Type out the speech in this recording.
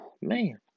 man